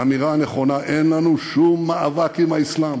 אמירה נכונה: אין לנו שום מאבק עם האסלאם.